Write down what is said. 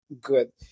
good